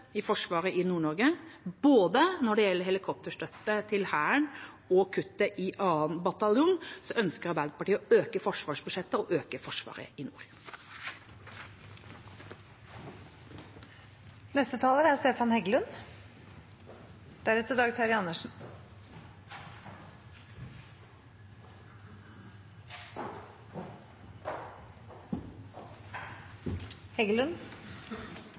i Forsvaret i Nord-Norge. Både når det gjelder helikopterstøtte til Hæren og kuttet i 2. bataljon, ønsker Arbeiderpartiet å øke forsvarsbudsjettet og øke Forsvaret i nord. Det som er